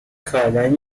可能